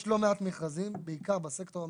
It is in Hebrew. יש לא מעט מכרזים, בעיקר בסקטור הממשלתי,